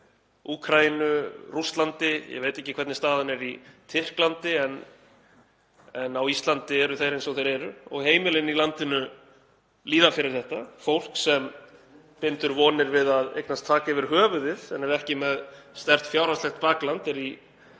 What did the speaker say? Úkraínu, Rússlandi, ég veit ekki hvernig staðan er í Tyrklandi, en á Íslandi eru þeir eins og þeir eru og heimilin í landinu líða fyrir þetta. Fólk sem bindur vonir við að eignast þak yfir höfuðið en er ekki með sterkt fjárhagslegt bakland er í